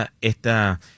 esta